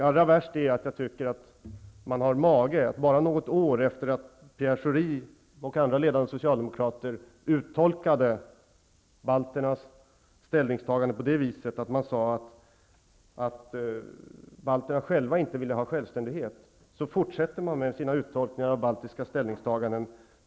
Allra värst är att man bara något år efter det att Pierre Schori och andra ledande socialdemokrater uttolkade balternas ställningstagande som att balterna själva inte ville ha självständighet, har mage att fortsätta med sina uttolkningar av baltiska ställningstaganden.